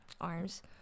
arms